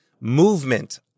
movement